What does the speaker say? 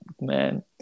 man